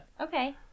Okay